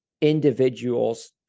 individuals